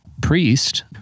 priest